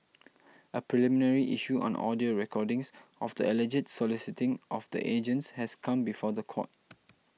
a preliminary issue on audio recordings of the alleged soliciting of the agents has come before the court